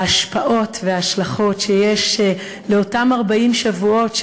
ההשפעות וההשלכות שיש לאותם 40 שבועות,